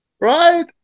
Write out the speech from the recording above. Right